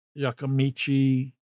Yakamichi